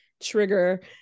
trigger